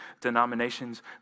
denominations